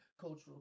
cultural